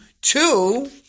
Two